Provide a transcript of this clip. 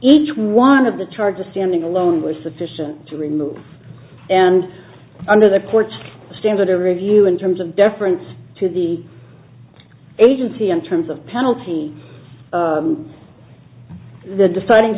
each one of the charge of standing alone was sufficient to remove and under the court's standard a review in terms of deference to the agency in terms of penalty the deciding